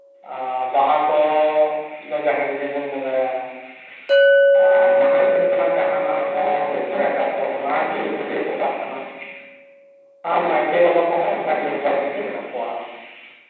ᱡᱟᱦᱟᱸ ᱠᱚ ᱫᱚ ᱡᱟᱦᱮᱨ ᱨᱮᱜᱮ ᱵᱚᱱ ᱵᱚᱸᱜᱟᱭᱟ ᱟᱨ ᱢᱟᱜᱽ ᱥᱤᱢ ᱠᱷᱚᱱ ᱡᱟᱦᱟᱱᱟᱜ ᱵᱚ ᱱᱤᱨᱱᱚᱭᱟᱠᱟᱫ ᱫᱚ ᱚᱱᱟ ᱫᱤᱱ ᱨᱮᱜᱮ ᱵᱚᱸᱜᱟᱜ ᱠᱟᱱᱟ ᱟᱨ ᱱᱟᱭᱠᱮ ᱵᱟᱵᱟ ᱠᱚᱦᱚᱸ ᱚᱱᱠᱟᱱ ᱱᱤᱨᱵᱟᱨ ᱨᱮᱜᱮ ᱢᱮᱱᱟᱜ ᱠᱚᱣᱟ